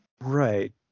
Right